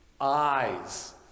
eyes